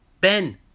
Ben